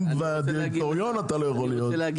אם לדירקטוריון אתה לא יכול להיות,